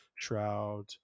Shroud